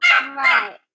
Right